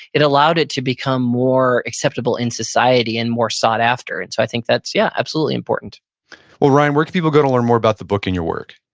it allowed it to become more acceptable in society and more sought after, and so i think that's yeah absolutely important well, ryan, where can people go to learn more abut the book and your work?